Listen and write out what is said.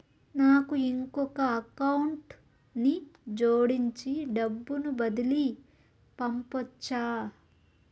నాకు ఇంకొక అకౌంట్ ని జోడించి డబ్బును బదిలీ పంపొచ్చా?